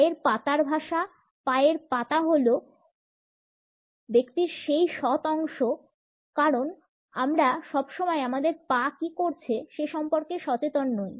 পায়ের পাতার ভাষা পায়ের পাতা হল ব্যক্তির সেই সৎ অংশ কারণ আমরা সবসময় আমাদের পা কী করছে সে সম্পর্কে সচেতন নই